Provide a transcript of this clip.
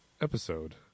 episode